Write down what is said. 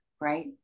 right